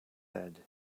head